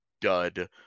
dud